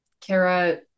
Kara